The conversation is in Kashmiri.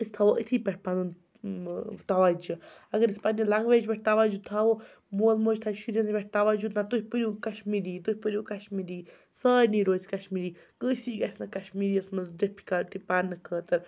أسۍ تھَوو أتھی پٮ۪ٹھ پَنُن توجہِ اگر أسۍ پنٛنہِ لنٛگویج پٮ۪ٹھ توجہِ تھَوو مول موج تھَوِ شُرٮ۪ن ہِندۍ پٮ۪ٹھ توجہ نہ تُہۍ پٔرِو کشمیٖری تُہۍ پٔرِو کشمیٖری سارنٕے روزِ کشمیٖری کٲنٛسی گژھِ نہٕ کشمیٖریَس منٛز ڈِفکَلٹی پرنہٕ خٲطرٕ